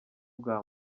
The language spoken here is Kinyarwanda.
bwa